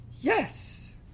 Yes